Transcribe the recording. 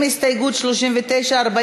איל בן ראובן